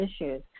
issues